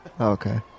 Okay